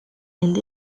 and